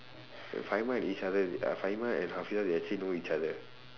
and each other uh and faheezah they actually know each other